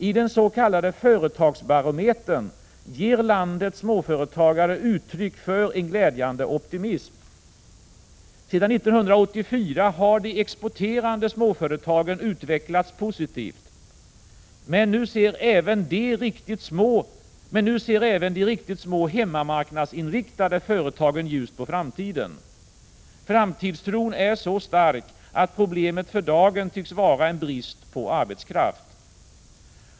I den s.k. Företagsbarometern ger landets småföretagare uttryck för en glädjande optimism. Sedan 1984 har de exporterande småföretagen utvecklats positivt. Men nu ser även de riktigt små, hemmamarknadsinriktade företagen ljust på framtiden. Framtidstron är så stark, att problemet för dagen tycks vara en brist på arbetskraft!